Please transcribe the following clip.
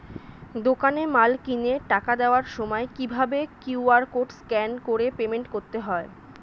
দোকানে মাল কিনে টাকা দেওয়ার সময় কিভাবে কিউ.আর কোড স্ক্যান করে পেমেন্ট করতে হয়?